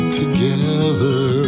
together